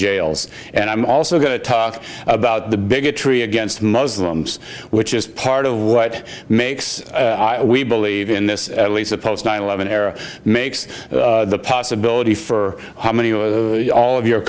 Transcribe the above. jails and i'm also going to talk about the bigotry against muslims which is part of what makes we believe in this at least the post nine eleven era makes the possibility for how many of your